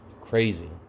crazy